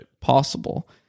possible